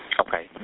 Okay